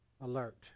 alert